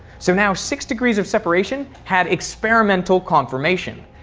so now six degrees of separation had experimental confirmation.